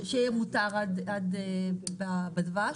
שמותר בדבש.